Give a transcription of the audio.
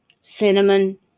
cinnamon